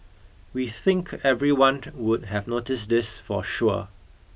we think everyone would have noticed this for sure